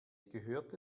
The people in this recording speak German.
gehört